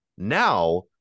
Now